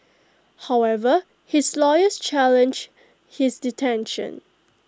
however his lawyers challenged his detention